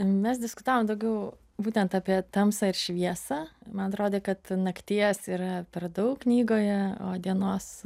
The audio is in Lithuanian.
mes diskutavom daugiau būtent apie tamsą ir šviesą man atrodė kad nakties yra per daug knygoje o dienos